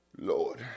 Lord